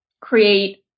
create